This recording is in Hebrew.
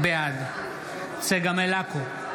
בעד צגה מלקו,